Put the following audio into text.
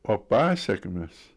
o pasekmės